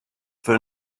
for